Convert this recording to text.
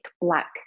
black